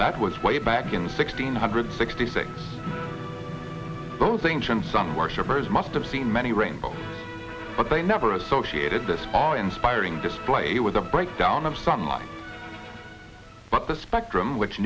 that was way back in sixteen hundred sixty six those things and sun worshippers must have seen many rainbows but they never associated this are inspiring display with the breakdown of sunlight but the spectrum which